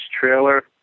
trailer